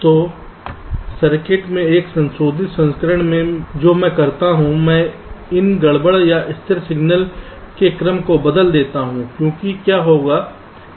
तो सर्किट के एक संशोधित संस्करण में जो मैं करता हूं मैं इन गड़बड़ या स्थिर सिग्नल के क्रम को बदल देता हूं क्योंकि क्या होगा